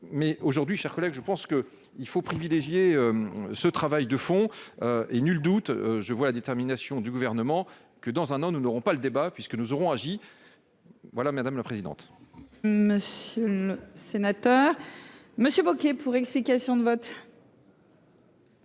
mais aujourd'hui, chers collègues, je pense que il faut privilégier ce travail de fond et nul doute, je vois la détermination du gouvernement que dans un an, nous n'aurons pas le débat, puisque nous aurons agit voilà madame la présidente. Monsieur le sénateur Monsieur Bocquet pour explication de vote.